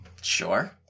Sure